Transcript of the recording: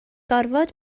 gorfod